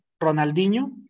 Ronaldinho